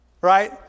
right